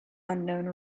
unknown